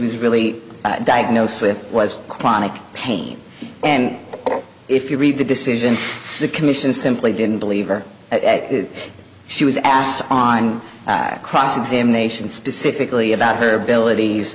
was really diagnosed with was chronic pain and if you read the decision the commission simply didn't believe her she was asked on cross examination specifically about her abilities